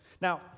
Now